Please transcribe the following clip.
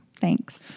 Thanks